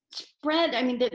spread. i mean,